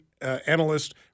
analyst